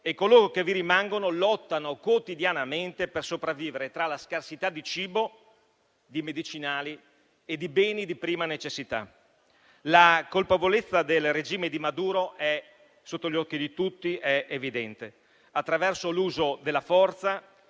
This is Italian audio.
e coloro che vi rimangono lottano quotidianamente per sopravvivere tra scarsità di cibo, medicinali e beni di prima necessità. La colpevolezza del regime di Maduro è sotto gli occhi di tutti ed è evidente. Attraverso l'uso della forza,